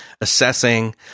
assessing